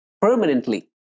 permanently